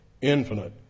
infinite